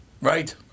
Right